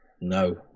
No